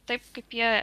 taip kaip jie